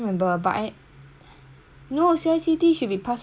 no C_I_C_T should be pass or fail for me it was pass or fail